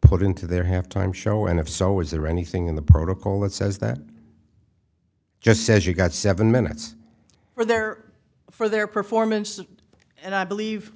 put into their half time show and if so is there anything in the protocol that says that just says you got seven minutes for their for their performance and i believe